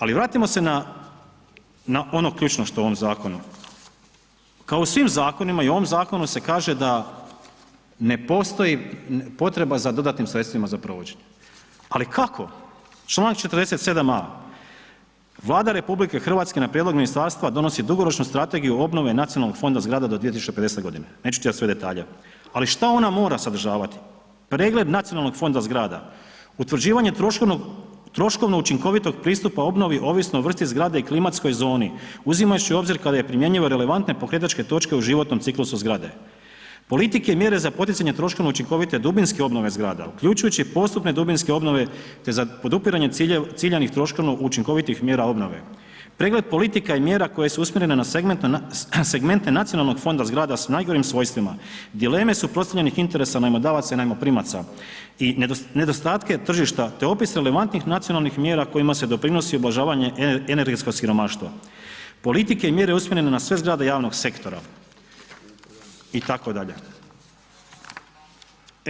Ali vratimo se na, na ono ključno što je u ovom zakonu, kao u svim zakonima i u ovom zakonu se kaže da ne postoji potreba za dodatnim sredstvima za provođenje, ali kako, čl. 47a. Vlada RH na prijedlog ministarstva donosi dugoročnu strategiju obnove nacionalnog fonda zgrada do 2050.g., neću čitat sve detalje, ali šta ona mora sadržavati, pregled nacionalnog fonda zgrada, utvrđivanje troškovnog, troškovno učinkovitog pristupa obnovi ovisno o vrsti zgrade i klimatskoj zoni uzimajući u obzir kada je primjenjive relevantne pokretačke točke u životnom ciklusu zgrade, politike i mjere za poticanje troškovno učinkovite dubinske obnove zgrada uključujući i postupne dubinske obnove, te za podupiranje ciljanih troškovno učinkovitih mjera obnove, pregled politika i mjera koje su usmjerene na segmente nacionalnog fonda zgrada s najgorim svojstvima, dileme suprotstavljenih interesa najmodavaca i najmoprimaca i nedostatke tržišta, te opis relevantnih nacionalnih mjera kojima se doprinosi ublažavanje energetskog siromaštva, politike i mjere usmjerene na sve zgrade javnog sektora itd.